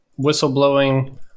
whistleblowing